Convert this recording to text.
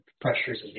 pressures